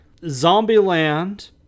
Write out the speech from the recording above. Zombieland